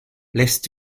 lässt